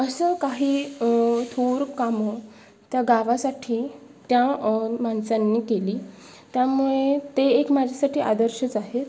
असं काही थोर कामं त्या गावासाठी त्या माणसांनी केली त्यामुळे ते एक माझ्यासाठी आदर्शच आहे